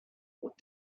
what